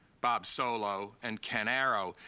bob solow, and ken arrow.